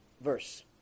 verse